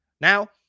Now